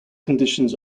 conditions